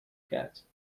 کرد